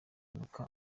mpanuka